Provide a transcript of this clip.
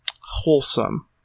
wholesome